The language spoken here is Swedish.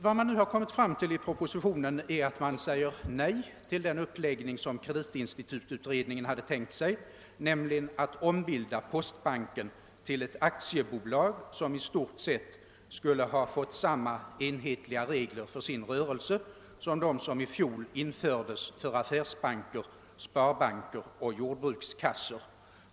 I den nu aktuella propositionen säger regeringen nej till den uppläggning som =: kreditinstitututredningen «hade tänkt sig, nämligen att ombilda postbanken till ett aktiebolag, som i stort sett skulle ha fått följa de enhetliga regler som i fjol infördes för affärsbanker, sparbanker och jordbrukskassor.